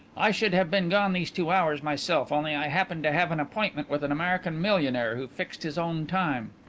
i should have been gone these two hours myself only i happened to have an appointment with an american millionaire who fixed his own time.